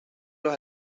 los